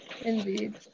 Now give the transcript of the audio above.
Indeed